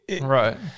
Right